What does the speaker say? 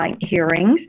hearings